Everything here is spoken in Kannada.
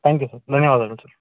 ಥ್ಯಾಂಕ್ ಯು ಸರ್ ಧನ್ಯವಾದಗಳು ಸರ್